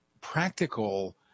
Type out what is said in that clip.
practical